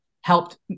helped